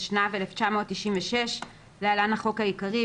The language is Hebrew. התשנ"ו-1996 (להלן החוק העיקרי),